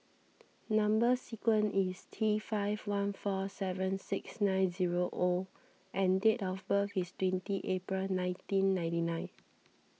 Number Sequence is T five one four seven six nine zero O and date of birth is twenty April nineteen ninety nine